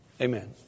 Amen